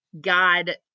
God